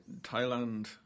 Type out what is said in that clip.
Thailand